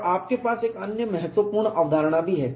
और आपके पास एक अन्य महत्वपूर्ण अवधारणा भी है